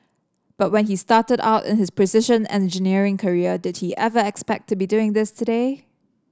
but when he started out in his precision engineering career did he ever expect to be doing this today